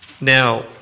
Now